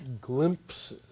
glimpses